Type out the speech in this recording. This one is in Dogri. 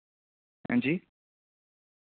हांजी